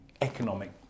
economic